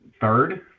third